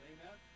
Amen